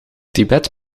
tibet